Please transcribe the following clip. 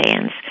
fans